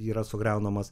yra sugriaunamas